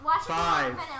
Five